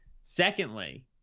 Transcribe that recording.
Secondly